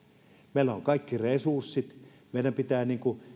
meillä on kaikki resurssit meidän pitää